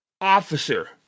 officer